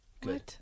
Good